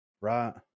right